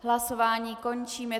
Hlasování končím.